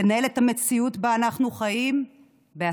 לנהל את המציאות שבה אנחנו חיים בעצמנו.